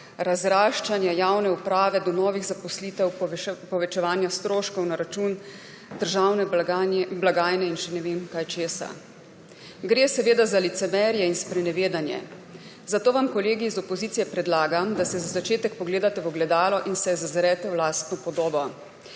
razraščanja javne uprave, do novih zaposlitev, povečevanja stroškov na račun državne blagajne in ne vem česa še. Gre seveda za licemerje in sprenevedanje. Zato vam, kolegi iz opozicije, predlagam, da se za začetek pogledate v ogledalo in se zazrete v lastno podobo.